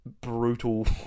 brutal